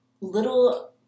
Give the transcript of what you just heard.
little